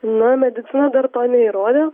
na medicina dar to neįrodė